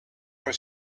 for